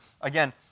Again